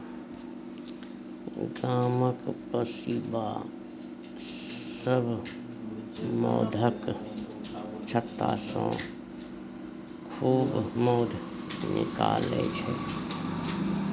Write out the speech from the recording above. गामक पसीबा सब मौधक छत्तासँ खूब मौध निकालै छै